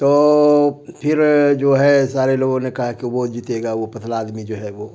تو پھر جو ہے سارے لوگوں نے کہا کہ وہ جیتے گا وہ پتلا آدمی جو ہے وہ